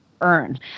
earn